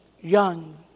young